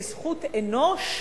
כזכות אנוש,